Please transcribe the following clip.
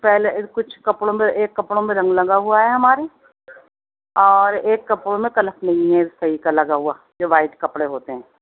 پہلے کچھ کپڑوں میں ایک کپڑوں میں رنگ لگا ہوا آیا ہمارے اور ایک کپڑوں میں قلف نہیں ہے صحیح کا لگا ہوا جو وائٹ کپڑے ہوتے ہیں